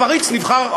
הפריץ נבחר,